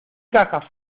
cajas